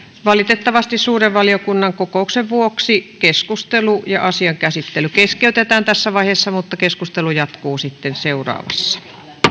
valitettavasti suuren valiokunnan kokouksen vuoksi keskustelu ja asian käsittely keskeytetään tässä vaiheessa mutta keskustelu jatkuu sitten seuraavassa